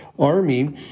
Army